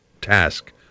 task